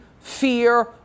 fear